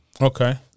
Okay